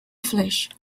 flesh